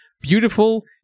beautiful